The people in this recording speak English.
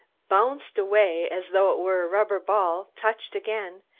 bounced away as though it were a rubber ball, touched again,